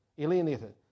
alienated